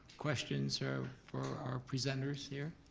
questions so for our presenters here?